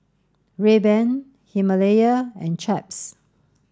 Rayban Himalaya and Chaps